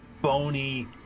bony